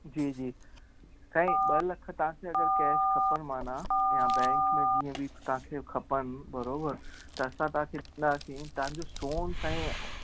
जी जी साईं ॿ लख तव्हांखे अगरि कैश खपनि माना या बैंक में जीअं बि तव्हांखे खपनि बराबरि त असां तव्हांखे ॾींदासीं तव्हांजो सोन साईं